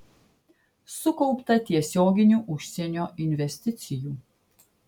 sukaupta tiesioginių užsienio investicijų